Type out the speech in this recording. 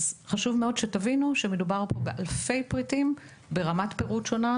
אז חשוב מאוד שתבינו שמדובר פה באלפי פריטים ברמת פירוט שונה,